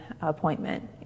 appointment